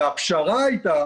והפשרה הייתה